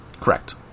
Correct